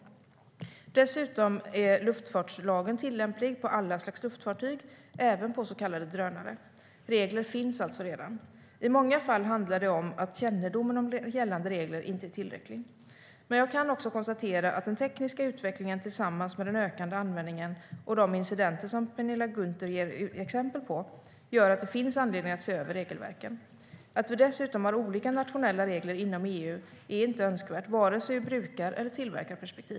Dessutom är luftfartslagen tillämplig på alla slags luftfartyg, även på så kallade drönare. Regler finns alltså redan. I många fall handlar det om att kännedomen om gällande regler inte är tillräcklig. Men jag kan också konstatera att den tekniska utvecklingen, tillsammans med den ökade användningen och de incidenter Penilla Gunther ger exempel på, gör att det finns anledning att se över regelverken. Att vi dessutom har olika nationella regler inom EU är inte önskvärt vare sig ur brukar eller tillverkarperspektiv.